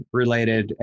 related